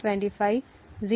25 0